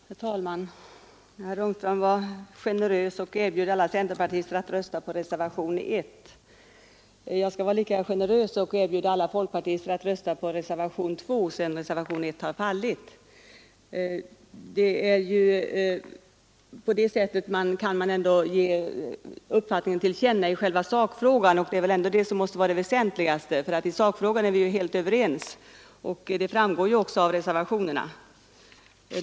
Herr talman! Herr Ångström var generös och erbjöd alla centerpartister att rösta på reservationen 1. Jag skall vara lika generös och erbjuda alla folkpartister att rösta på reservationen 2, sedan reservationen 1 har fallit. På det sättet kan de ändå ge sin uppfattning till känna i själva sakfrågan. Det är väl det väsentligaste, för i sakfrågan är vi ju helt överens, vilket också framgår av reservationerna.